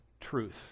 truth